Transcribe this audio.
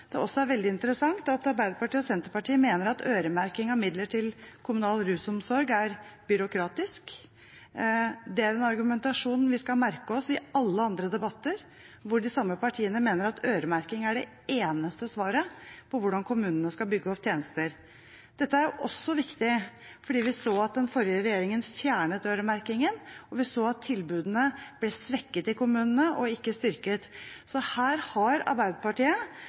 det også er veldig interessant at Arbeiderpartiet og Senterpartiet mener at øremerking av midler til kommunal rusomsorg er byråkratisk. Det er en argumentasjon vi skal merke oss i alle andre debatter hvor de samme partiene mener at øremerking er det eneste svaret på hvordan kommunene skal bygge opp tjenester. Dette er også viktig fordi vi så at den forrige regjeringen fjernet øremerkingen, og vi så at tilbudene ble svekket i kommunene og ikke styrket, så her har Arbeiderpartiet